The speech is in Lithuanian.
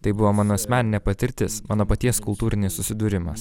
tai buvo mano asmeninė patirtis mano paties kultūrinis susidūrimas